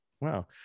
wow